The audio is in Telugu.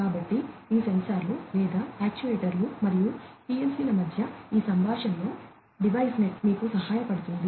కాబట్టి సెన్సార్లు లేదా యాక్యుయేటర్లు మరియు పిఎల్సిల మధ్య ఈ సంభాషణలో డివైస్ నెట్ మీకు సహాయపడుతుంది